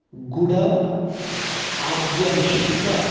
गुड आज्यमिश्रितम्